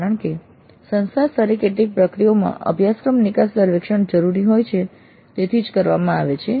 કારણ કે સંસ્થા સ્તરે કેટલીક પ્રક્રિયાઓમાં અભ્યાસક્રમ નિકાસ સર્વેક્ષણ જરૂરી હોય છે તેથી જ કરવામાં આવે છે